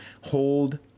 Hold